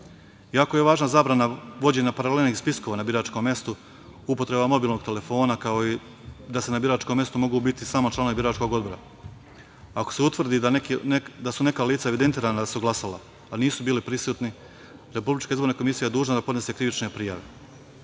je važna zabrana vođenja paralelnih spiskova na biračkom mestu, upotreba mobilnog telefona, kao i da na biračkom mestu mogu biti samo članovi biračkog odbora. Ako se utvrdi da su neka lica evidentirana da su glasala, a nisu bili prisutni, RIK je dužna da podnese krivične prijave.